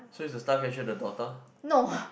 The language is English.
so is the staff here actually the daughter